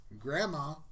Grandma